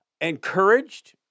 encouraged